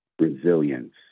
resilience